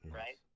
right